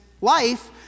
life